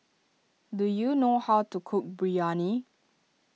do you know how to cook Biryani